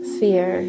fear